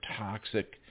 toxic